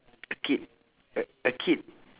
a kid a a kid